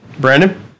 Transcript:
Brandon